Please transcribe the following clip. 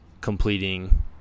completing